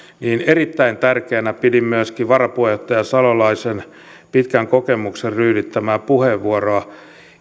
niin erittäin tärkeänä pidin myöskin varapuheenjohtaja salolaisen pitkän kokemuksen ryydittämää puheenvuoroa